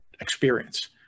experience